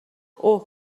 اوه